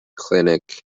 clinic